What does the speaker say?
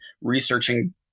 researching